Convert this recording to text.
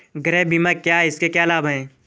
गृह बीमा क्या है इसके क्या लाभ हैं?